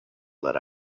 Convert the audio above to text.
let